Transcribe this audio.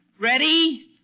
Ready